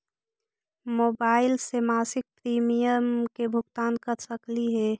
Mobile से मासिक premium के भुगतान कर सकली हे?